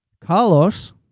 Carlos